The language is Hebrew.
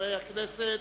חברי הכנסת,